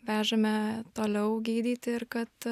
vežame toliau gydyti ir kad